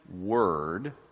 word